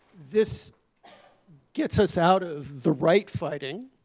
this gets us out of the right fighting,